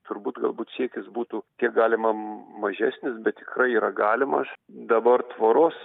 turbūt galbūt siekis būtų kiek galima mažesnis bet tikrai yra galimas dabar tvoros